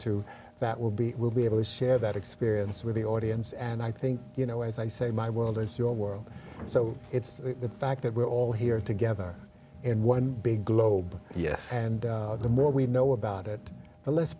to that will be will be able to share that experience with the audience and i think you know as i say my world is your world so it's the fact that we're all here together in one big globe yes and the more we know about it